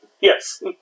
Yes